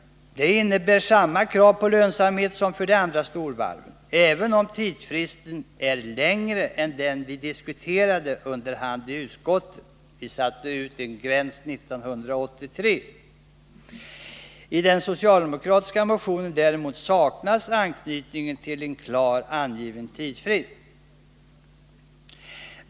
Det innebär samma krav på lönsamhet som för de andra storvarven, även om tidfristen är längre än den vi diskuterade under hand i utskottet — vi satte ju gränsen till 1983. I den socialdemokratiska motionen saknas däremot anknytningen till en klart angiven tidsfrist.